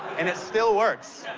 and it still works.